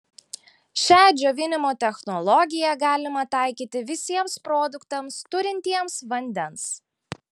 šią džiovinimo technologiją galima taikyti visiems produktams turintiems vandens